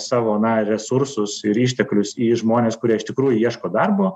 savo na resursus ir išteklius į žmones kurie iš tikrųjų ieško darbo